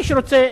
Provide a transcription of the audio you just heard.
מי שרוצה,